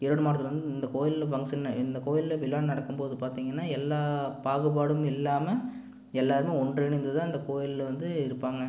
ஈரோடு மாவட்டத்தில் வந்து இந்த கோயில்ல ஃபங்க்ஷனு இந்த கோயில்ல விழா நடக்கும் போது பார்த்திங்கனா எல்லா பாகுபாடும் இல்லாமல் எல்லாரும் ஒன்றிணைந்து தான் இந்த கோயில்ல வந்து இருப்பாங்கள்